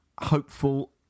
hopeful